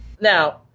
Now